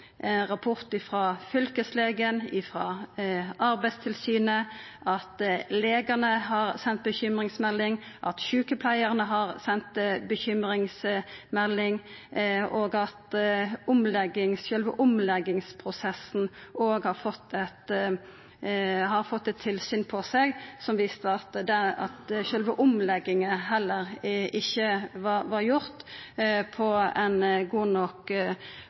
rapport frå både fylkeslegen og Arbeidstilsynet, at legane har sendt bekymringsmelding, at sjukepleiarane har sendt bekymringsmelding, og at sjølve omleggingsprosessen òg har fått eit tilsyn på seg, som viste at sjølve omlegginga heller ikkje var gjord på ein god nok